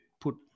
put